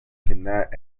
cannot